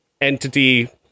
entity